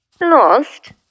Lost